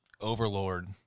overlord